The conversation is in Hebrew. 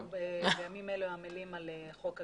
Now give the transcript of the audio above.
בימים אלה אנחנו עמלים על החוק.